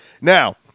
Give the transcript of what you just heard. Now